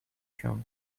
się